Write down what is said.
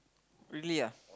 really ah